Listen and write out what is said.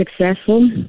successful